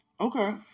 Okay